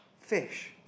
fish